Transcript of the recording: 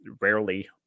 rarely